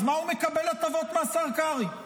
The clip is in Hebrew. אז מה הוא מקבל הטבות מהשר קרעי?